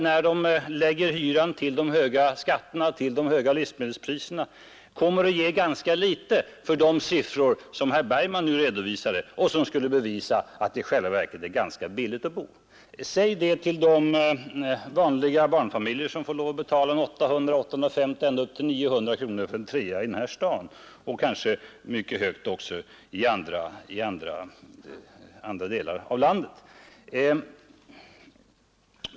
När de lägger hyran till de höga skatterna och livsmedelspriserna kommer de att ge ganska litet för de siffror med vilka herr Bergman försöker bevisa att det i själva verket är ganska billigt att bo. Säg det till de vanliga barnfamiljer som måste betala 800. 850 och ända upp till 900 kronor för en trea i den här staden och kanske mycket höga belopp också i andra delar av landet.